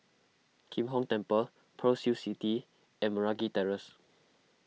Kim Hong Temple Pearl's Hill City and Meragi Terrace